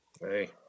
Hey